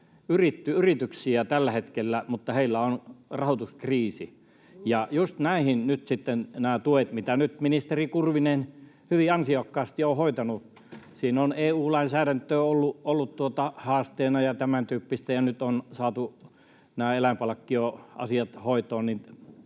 kannattavia yrityksiä tällä hetkellä, mutta heillä on rahoituskriisi. [Leena Meri: Juuri näin!] Just näihin nyt sitten nämä tuet, mitä ministeri Kurvinen hyvin ansiokkaasti on hoitanut... Siinä on EU-lainsäädäntöä ollut haasteena ja tämäntyyppistä, ja nyt on saatu eläinpalkkioasiat hoitoon,